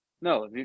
No